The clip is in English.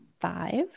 five